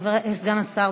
סגן השר,